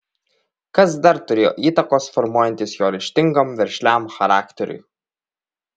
kas dar turėjo įtakos formuojantis jo ryžtingam veržliam charakteriui